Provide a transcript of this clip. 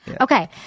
okay